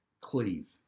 cleave